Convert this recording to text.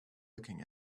looking